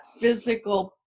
physical